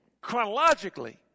chronologically